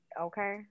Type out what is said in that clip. okay